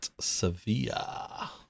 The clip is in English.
Sevilla